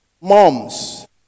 moms